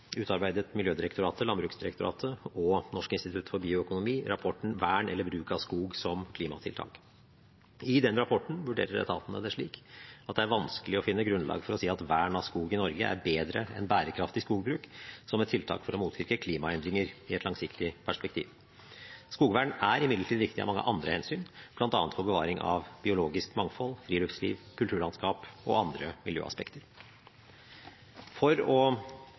utarbeidet Miljødirektoratet, Landbruksdirektoratet og Norsk institutt for bioøkonomi rapporten Vern eller bruk av skog som klimatiltak. I rapporten vurderer etatene det slik at det er vanskelig å finne grunnlag for å si at vern av skog i Norge er bedre enn bærekraftig skogbruk, som et tiltak for å motvirke klimaendringer i et langsiktig perspektiv. Skogvern er imidlertid viktig av mange andre hensyn, bl.a. for bevaring av biologisk mangfold, friluftsliv, kulturlandskap og andre miljøaspekter. For å